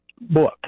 book